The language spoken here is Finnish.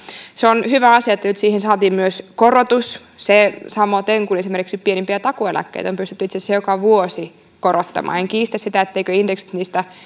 se on hyvä asia että nyt siihen saatiin myös korotus samaten esimerkiksi pienimpiä takuueläkkeitä on pystytty itse asiassa joka vuosi korottamaan en kiistä sitä etteikö indeksi niistä